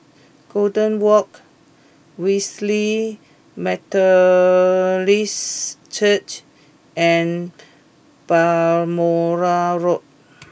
Golden Walk Wesley Methodist Church and Balmoral Road